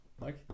Mike